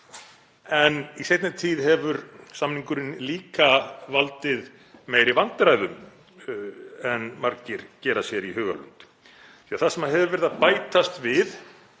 En í seinni tíð hefur samningurinn líka valdið meiri vandræðum en margir gera sér í hugarlund því að það sem hefur verið að bætast við